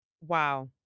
wow